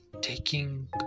taking